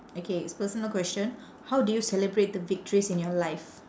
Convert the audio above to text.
okay it's personal question how do you celebrate the victories in your life